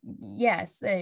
yes